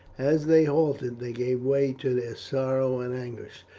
as they halted, they gave way to their sorrow and anguish.